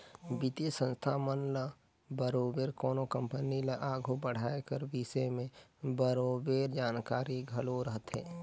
बित्तीय संस्था मन ल बरोबेर कोनो कंपनी ल आघु बढ़ाए कर बिसे में बरोबेर जानकारी घलो रहथे